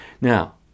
Now